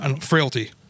Frailty